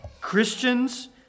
Christians